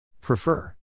Prefer